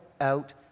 out